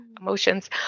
emotions